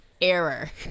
error